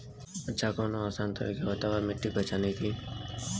अच्छा कवनो आसान तरीका बतावा मिट्टी पहचाने की?